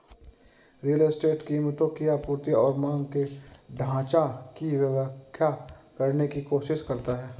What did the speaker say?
real estate कीमतों की आपूर्ति और मांग के ढाँचा की व्याख्या करने की कोशिश करता है